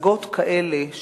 הצגות כאלה,